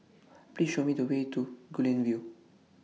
Please Show Me The Way to Guilin View